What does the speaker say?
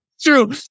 True